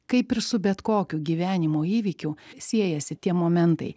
kaip ir su bet kokiu gyvenimo įvykiu siejasi tie momentai